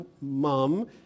mom